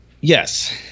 yes